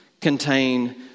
contain